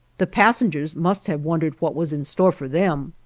the passengers must have wondered what was in store for them.